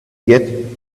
yet